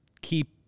keep –